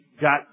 got